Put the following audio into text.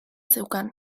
zeukan